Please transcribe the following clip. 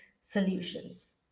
solutions